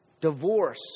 divorce